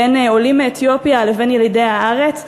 בין עולים מאתיופיה לבין ילידי הארץ,